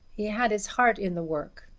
he had his heart in the work.